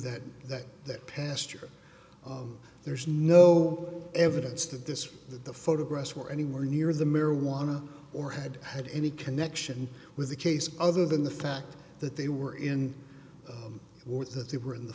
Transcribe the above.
that that that pastor of there's no evidence that this that the photographs were anywhere near the marijuana or had had any connection with the case other than the fact that they were in or that they were in the